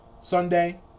Sunday